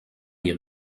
les